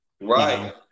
Right